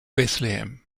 bethlehem